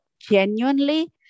genuinely